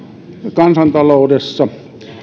kansantaloudessa